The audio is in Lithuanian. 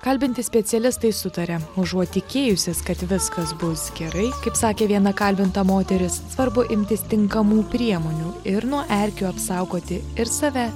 kalbinti specialistai sutaria užuot tikėjusis kad viskas bus gerai kaip sakė viena kalbinta moteris svarbu imtis tinkamų priemonių ir nuo erkių apsaugoti ir save